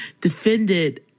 defended